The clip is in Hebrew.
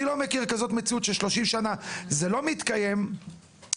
אני לא מכיר מציאות שבה זה לא מתקיים במשך 30 שנים,